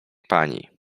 pani